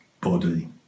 body